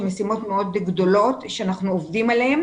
שהן משימות מאוד גדולות שאנחנו עובדים עליהן